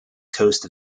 coast